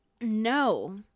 No